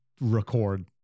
record